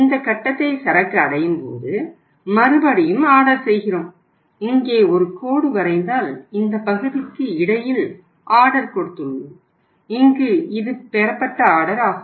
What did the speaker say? இந்த கட்டத்தை சரக்கு அடையும் போது மறுபடியும் ஆர்டர் செய்கிறோம் இங்கே ஒரு கோடு வரைந்தால் இந்த பகுதிக்கு இடையில் ஆர்டர் கொடுத்துள்ளோம் இங்கே இது பெறப்பட்ட ஆர்டர் ஆகும்